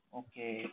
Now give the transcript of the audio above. okay